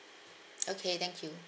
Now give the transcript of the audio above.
okay thank you